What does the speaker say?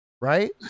Right